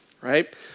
right